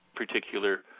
particular